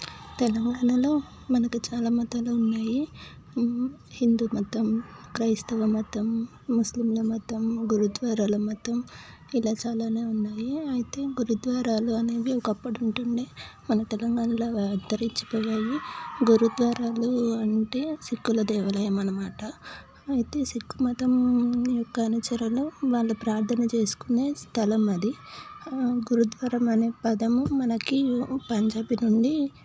తెలుగువాళ్లలో మనకు చాలా మతాలు ఉన్నాయి హిందూ మతం క్రైస్తవ మతం ముస్లింల మతం గురుద్వారాల మతం ఇలా చాలానే ఉన్నాయి అయితే గురుద్వారాలు అనేవి ఒకప్పటి ఉంటుండే మన తెలంగాణలో అంతరించిపోయాయి గురుద్వారాలు అంటే సిక్కుల దేవాలయం అనమాట అయితే సిక్కు మతం గాలి చెరువులో వాళ్ళు ప్రార్థన చేసుకునే స్థలం అది గురుద్వారం అనే పదము మనకి పంజాబీ నుండి